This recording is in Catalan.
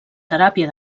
teràpia